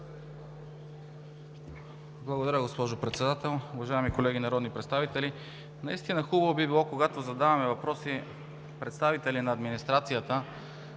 Благодаря, госпожо Председател. Уважаеми колеги народни представители! Наистина хубаво би било, когато задаваме въпроси, представители на администрацията,